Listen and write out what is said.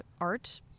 art